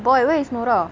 boy where is nora